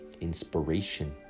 inspiration